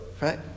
Right